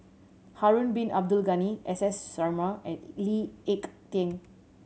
Harun Bin Abdul Ghani S S Sarma and Lee Ek Tieng